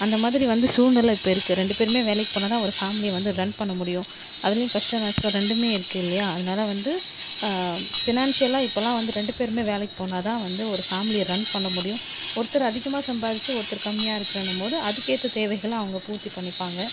அந்தமாதிரி வந்து சூழ்நிலை இப்போ இருக்கு ரெண்டு பேருமே வேலைக்கு போனால்தான் ஒரு ஃபேமிலியை வந்து ரன் பண்ண முடியும் அதுலையும் கஷ்ட நஷ்டம் ரெண்டுமே இருக்கு இல்லையா அதனால் வந்து ஃபினான்ஸியலாக இப்போலாம் வந்து ரெண்டு பேருமே வேலைக்கு போனால் தான் வந்து ஒரு ஃபேமிலியை ரன் பண்ண முடியும் ஒருத்தர் அதிகமாக சம்பாரிச்சு ஒருத்தர் கம்மியாக இருக்குன்னும் போது அதற்கேத்த தேவைகளை அவங்க பூர்த்தி பண்ணிப்பாங்க